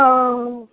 ओ